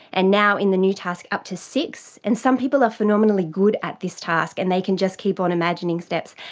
and now in the new task up to six. and some people are phenomenally good at this task and they can just keep on imagining steps,